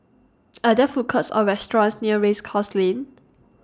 Are There Food Courts Or restaurants near Race Course Lane